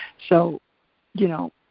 so you know,